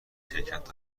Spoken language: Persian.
شرکت